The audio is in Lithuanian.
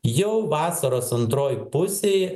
jau vasaros antroj pusėj